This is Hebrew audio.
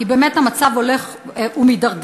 כי באמת המצב הולך ומידרדר.